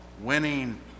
winning